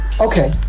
Okay